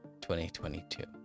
2022